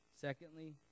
Secondly